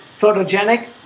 photogenic